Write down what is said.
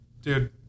Dude